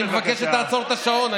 אני מבקש שתעצור את השעון,